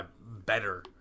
better